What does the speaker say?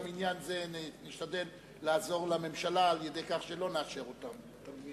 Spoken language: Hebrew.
נשתדל לעזור לממשלה על-ידי כך שלא נאשר אותם.